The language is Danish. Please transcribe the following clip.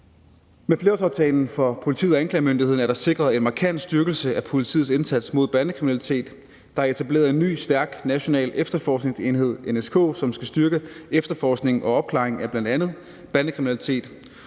Med flerårsaftalen for politiet og anklagemyndigheden er der sikret en markant styrkelse af politiets indsats mod bandekriminalitet. Der er etableret en ny stærk national efterforskningsenhed, NSK, som skal styrke efterforskningen og opklaringen af bl.a. bandekriminalitet,